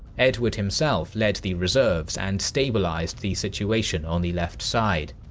edward himself led the reserves and stabilized the situation on the left side.